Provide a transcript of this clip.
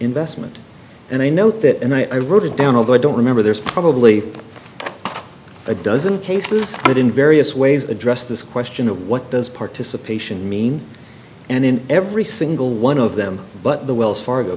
investment and i note that and i wrote it down although i don't remember there's probably a dozen cases it in various ways addressed this question of what does participation mean and in every single one of them but the wells fargo